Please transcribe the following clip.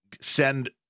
send